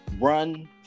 Run